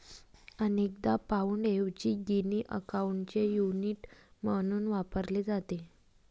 अनेकदा पाउंडऐवजी गिनी अकाउंटचे युनिट म्हणून वापरले जाते